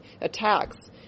attacks